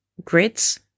grids